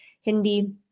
Hindi